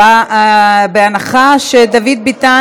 לוועדת הפנים והגנת הסביבה נתקבלה.